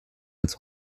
als